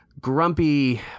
grumpy